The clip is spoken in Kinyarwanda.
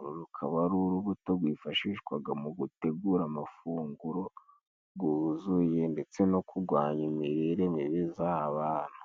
Uru rukaba ari urubuto rwifashishwaga mu gutegura amafunguro guzuye ndetse no kurwanya imirire mibi z'abana.